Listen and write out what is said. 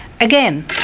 again